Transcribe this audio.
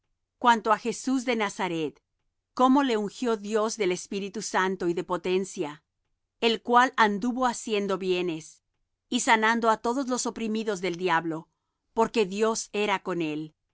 cuanto á jesús de nazaret cómo le ungió dios de espíritu santo y de potencia el cual anduvo haciendo bienes y sanando á todos los oprimidos del diablo porque dios era con él